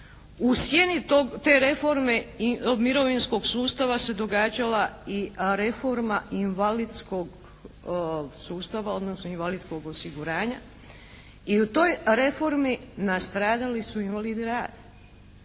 u sjeni te reforme mirovinskog sustava se događala i reforma invalidskog sustava, odnosno invalidskog osiguranja i u toj reformi nastradali su invalidi rada.